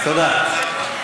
תודה.